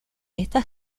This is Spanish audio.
esta